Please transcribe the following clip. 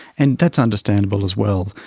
and that's understandable as well.